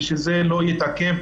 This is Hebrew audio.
ושזה לא יתעכב,